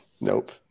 Nope